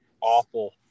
awful